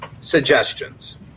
suggestions